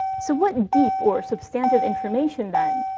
so what deep or substantive information, then,